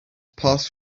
passed